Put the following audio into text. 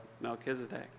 Melchizedek